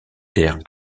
terres